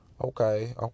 okay